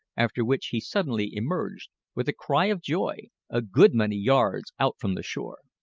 after which he suddenly emerged, with a cry of joy, a good many yards out from the shore.